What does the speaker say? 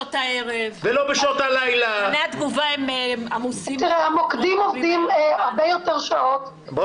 בשעות הלילה --- המוקדים עובדים הרבה יותר שעות,